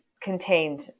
contained